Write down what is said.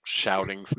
shouting